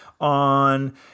on